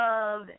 love